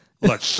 look